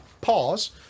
pause